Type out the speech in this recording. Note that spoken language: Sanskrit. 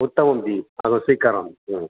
उत्तमं जि अहं स्वीकरोमि